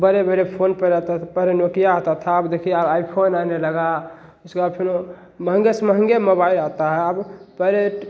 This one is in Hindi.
बड़े बड़े फोन पर रहता था पहले नोकिया आता था अब देखिए आ आईफोन आने लगा उसके बाद फेनो महँगे से महँगे मोबाइल आता है अब पहले ट